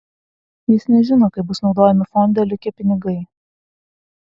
jis nežino kaip bus naudojami fonde likę pinigai